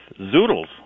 zoodles